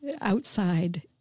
outside